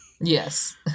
Yes